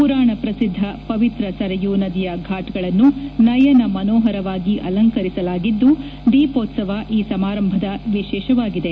ಪುರಾಣ ಪ್ರಸಿದ್ದ ಪವಿತ್ರ ಸರಯೂ ನದಿಯ ಘಾಟ್ಗಳನ್ನು ನಯನ ಮನೋಹರವಾಗಿ ಅಲಂಕರಿಸಲಾಗಿದ್ದು ದೀಪೋತ್ಸವ ಈ ಸಮಾರಂಭದ ವಿಶೇಷವಾಗಿದೆ